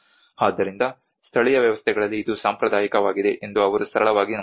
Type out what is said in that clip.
ಆದ್ದರಿಂದ ಸ್ಥಳೀಯ ವ್ಯವಸ್ಥೆಗಳಲ್ಲಿ ಇದು ಸಾಂಪ್ರದಾಯಿಕವಾಗಿದೆ ಎಂದು ಅವರು ಸರಳವಾಗಿ ನಂಬುತ್ತಾರೆ